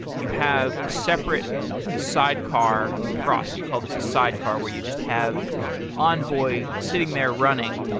you have a separate sidecar cross. you call this a sidecar where you just have envoy sitting there running,